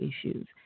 issues